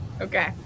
Okay